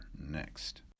next